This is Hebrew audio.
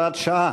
הוראת שעה),